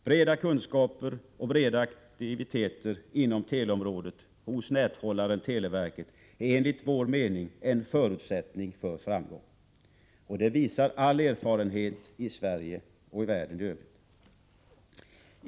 Breda kunskaper och breda aktiviteter inom teleområdet, hos näthållaren televerket, är enligt vår mening en förutsättning för framgång. Det visar all erfarenhet i Sverige och i världen i övrigt.